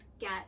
get